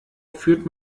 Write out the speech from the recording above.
führt